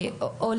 בינתיים.